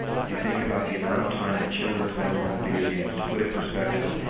if you think about the amount of time that children spend playing video games, to put it in perspective, yeah